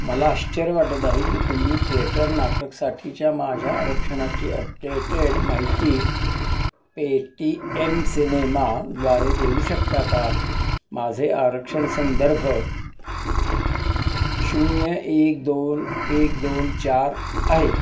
मला आश्चर्य वाटत आहे की तुम्ही थिएटर नाटकसाठीच्या माझ्या आरक्षणाची अपडेटेड माहिती पेटीएम सिनेमाद्वारे देऊ शकता का माझे आरक्षण संदर्भ शून्य एक दोन एक दोन चार आहे